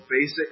basic